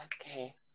okay